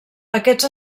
aquests